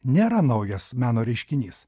nėra naujas meno reiškinys